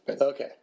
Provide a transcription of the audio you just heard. Okay